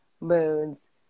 moons